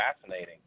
fascinating